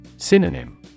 Synonym